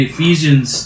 Ephesians